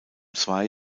zwei